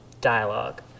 dialogue